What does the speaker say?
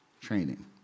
training